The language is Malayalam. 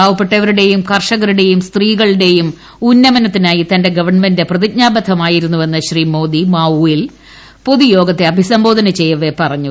പാവപ്പെട്ടവരുടെയും കർഷകരുട്ടെയും സ്ത്രീകളുടെയും തന്റെ ഉന്നമനത്തിനായി ഗവൺമെന്റ് പ്രതിജ്ഞാബദ്ധമായിരുന്നുവ്പെന്ന് പ്രിശ്രീ മോദി മാവുവിൽ പൊതുയോഗത്തെ അഭിസംബോധന ചെയ്യവെ പറഞ്ഞു